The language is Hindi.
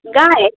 गाय